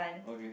okay